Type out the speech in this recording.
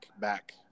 back